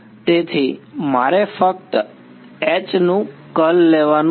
તેથી મારે ફક્ત H નું કર્લ લેવાનું છે